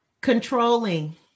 Controlling